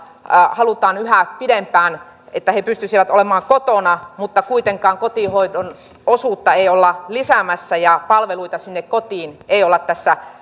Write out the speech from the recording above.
halutaan että vanhukset pystyisivät yhä pidempään olemaan kotona mutta kuitenkaan kotihoidon osuutta ei olla lisäämässä ja palveluita sinne kotiin ei olla tässä